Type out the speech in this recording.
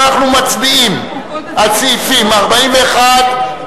אנחנו עוברים לסעיף 41(3)